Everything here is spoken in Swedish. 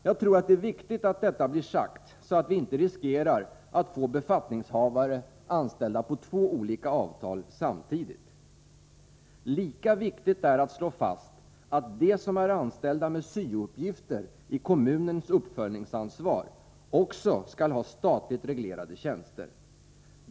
Jag tror att det är viktigt att detta blir sagt, så att vi inte riskerar att få befattningshavare anställda på två olika avtal samtidigt. Lika viktigt är att slå fast att de som är anställda med syo-uppgifter i kommunens uppföljningsansvar också skall ha statligt reglerade tjänster.